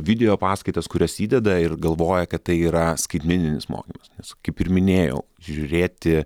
video paskaitas kurias įdeda ir galvoja kad tai yra skaitmeninis mokymas nes kaip ir minėjau žiūrėti